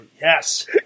Yes